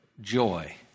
joy